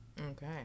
Okay